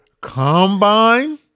combine